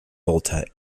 volta